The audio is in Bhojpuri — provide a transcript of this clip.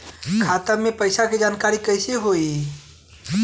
खाता मे पैसा के जानकारी कइसे होई?